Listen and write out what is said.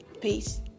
Peace